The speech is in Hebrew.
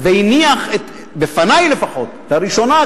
והניח בפני לפחות לראשונה,